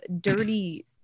dirty